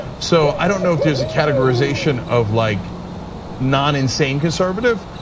so i don't know if there's a categorization of like non-insane conservative.